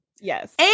Yes